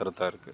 கருத்தாக இருக்கு